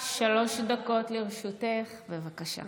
שלוש דקות לרשותך, בבקשה.